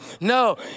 No